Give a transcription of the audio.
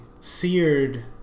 seared